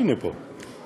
הנה, פה.